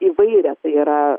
įvairią tai yra